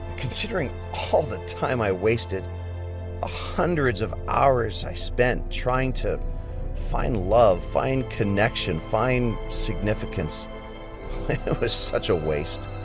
considering all the time i wasted ah hundreds of hours i spent trying to find love, find connection, find significance it was such a waste.